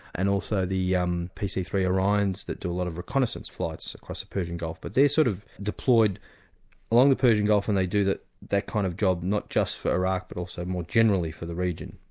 and also the yeah um pc three orions, that do a lot of reconnaissance flights across the persian gulf, but they're sort of deployed along the persian gulf and they do that that kind of job, not just for iraq but also more generally for the region.